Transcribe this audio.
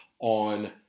on